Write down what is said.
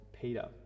Peter